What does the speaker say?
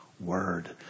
word